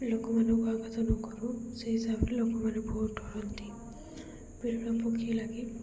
ଲୋକମାନଙ୍କୁ ଆଘାତ ନ କରୁ ସେଇ ହିସାବରେ ଲୋକମାନେ ବହୁତ ଡରନ୍ତି ବିିରଳ ପକ୍ଷୀ ଲାଗେ